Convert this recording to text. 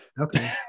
Okay